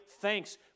Thanks